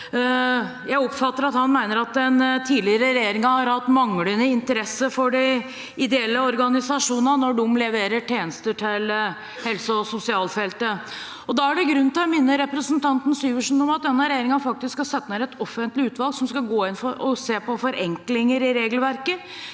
Jeg oppfatter at han mener at den tidligere regjeringen har hatt manglende interesse for de ideelle organisasjonene når de leverer tjenester til helse- og sosialfeltet. Da er det grunn til å minne representanten Syversen om at den regjeringen faktisk har satt ned et offentlig utvalg som skal gå inn og se på forenklinger i regelverket.